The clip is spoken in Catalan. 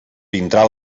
vindrà